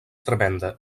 tremenda